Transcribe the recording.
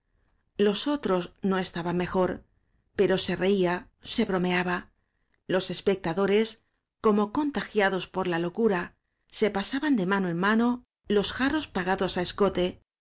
los otros no estaban mejor pero se reía se bromea ba los especta dores como contagiados por la locura se pasaban de mano en mano los jarros pagados á escote